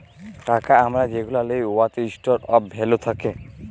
টাকা আমরা যেগুলা লিই উয়াতে ইস্টর অফ ভ্যালু থ্যাকে